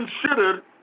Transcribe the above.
considered